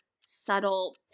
subtle